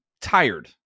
tired